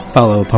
Follow